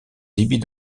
débit